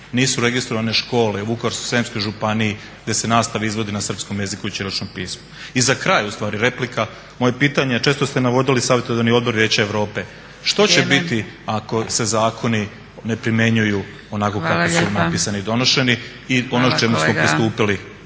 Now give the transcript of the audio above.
nisu registrovane škole u Vukovarsko-srijemskoj županiji gdje se nastava izvodi na srpskom jeziku i ćiriličnom pismu. I za kraj u stvari replika. Moje je pitanje, a često ste navodili Savjetodavni odbor Vijeća Europe. Što će biti ako se zakoni ne primenjuju onako kako su napisani i donošeni i ono čemu smo pristupili